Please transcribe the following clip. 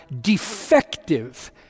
defective